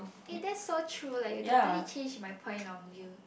eh that's so true like you totally changed my point of view